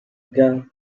girl